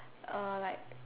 uh like